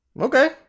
Okay